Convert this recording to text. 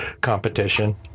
competition